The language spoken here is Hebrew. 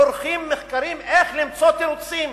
עורכים מחקרים איך למצוא תירוצים.